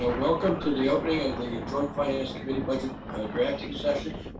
ah welcome to the opening of the joint finance committee budget drafting sessions.